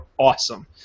awesome